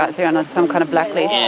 ah you're on on some kind of blacklist? yeah